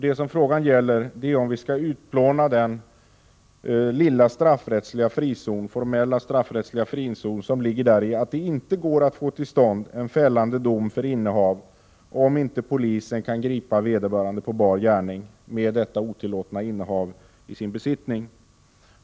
Det som frågan gäller är om vi skall utplåna den lilla formella, straffrättsliga frizon som ges av att det inte går att få till stånd en fällande dom för innehav om inte polisen kan gripa vederbörande på bar gärning med otillåtet innehav.